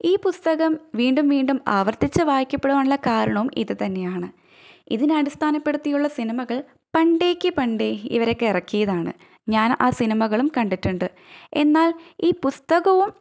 ഈ പുസ്തകം വീണ്ടും വീണ്ടും ആവര്ത്തിച്ചു വായിക്കപ്പെടുവാനുള്ള കാരണവും ഇതു തന്നെയാണ് ഇതിനെ അടിസ്ഥാനപ്പെടുത്തിയുള്ള സിനിമകള് പണ്ടേക്ക് പണ്ടേ ഹി ഇവരൊക്കെ ഇറക്കിയതാണ് ഞാന് ആ സിനിമകളും കണ്ടിട്ടുണ്ട് എന്നാല് ഈ പുസ്തകവും